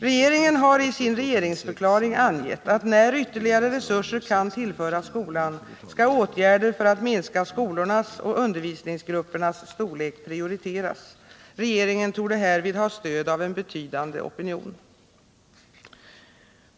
Regeringen har i sin regeringsförklaring angett att när ytterligare resurser kan tillföras skolan, skall åtgärder för att minska skolornas och undervisningsgruppernas storlek prioriteras. Regeringen torde härvid ha stöd av en betydande opinion.